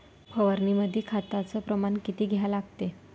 फवारनीमंदी खताचं प्रमान किती घ्या लागते?